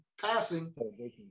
passing